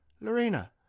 Lorena